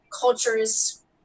cultures